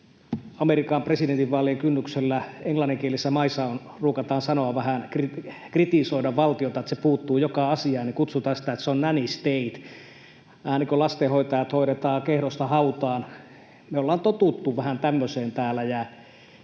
Amerikan presidentinvaalien kynnyksellä englanninkielisissä maissa ruukataan sanoa, vähän kritisoida valtiota, että se puuttuu joka asiaan, ja kutsutaan sitä ”nanny stateksi” — vähän niin kuin lastenhoitajat, hoidetaan kehdosta hautaan. Me ollaan totuttu vähän tämmöiseen täällä,